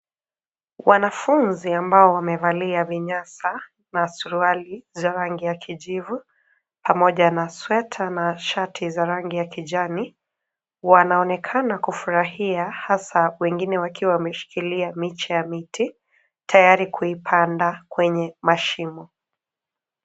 Wanafunzi ambao wamevalia vinyasa na suruali za rangi ya kijivu pamoja na sweta na shati za rangi ya kijani wanaonekana kufurahia hasa wengine wakiwa wameshikilia miche ya miti tayari kuipanda kwenye mashimo.